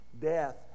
death